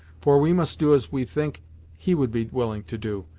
for we must do as we think he would be willing to do,